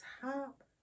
top